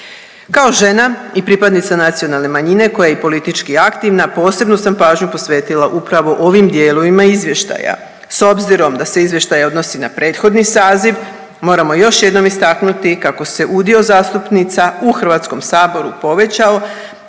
Kao žena i pripadnica nacionalne manjine koja je i politički aktivna, posebnu sam pažnju posvetila upravo ovim dijelovima izvještaja. S obzirom da se izvještaj odnosi na prethodni saziv, moramo još jednom istaknuti kako se udio zastupnica u HS-u povećao